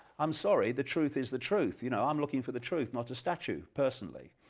i'm sorry the truth is the truth, you know i'm looking for the truth not a statue, personally.